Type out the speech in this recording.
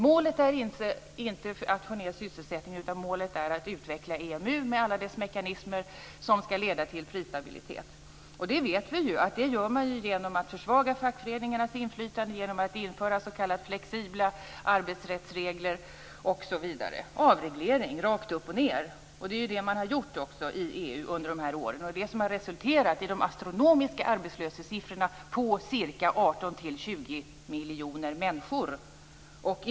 Målet är alltså inte att få ned arbetslösheten, utan målet är att utveckla EMU med alla dess mekanismer som skall leda till prisstabilitet. Vi vet ju att detta gör man genom att försvaga fackföreningarnas inflytande och genom att införa s.k. flexibla arbetssrättsregler osv. Det handlar om avreglering rakt upp och ned, och det har man också gjort inom EU under de här åren. Det är detta som har resulterat i de astronomiska arbetslöshetssiffrorna på ca 18-20 miljoner arbetslösa människor.